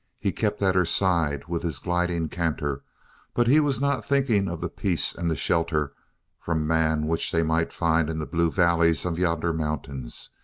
he kept at her side with his gliding canter but he was not thinking of the peace and the shelter from man which they might find in the blue valleys of yonder mountains.